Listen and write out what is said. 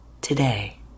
today